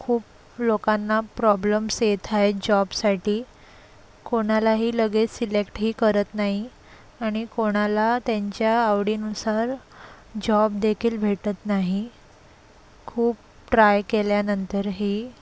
खूप लोकांना प्रॉब्लेम्स येत आहेत जॉबसाठी कोणालाही लगेच सिलेक्टही करत नाही आणि कोणाला त्यांच्या आवडीनुसार जॉबदेखील भेटत नाही खूप ट्राय केल्यानंतरही